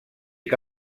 que